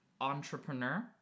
entrepreneur